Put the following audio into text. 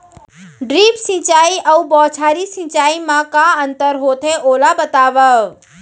Drip सिंचाई अऊ बौछारी सिंचाई मा का अंतर होथे, ओला बतावव?